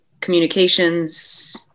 communications